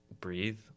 breathe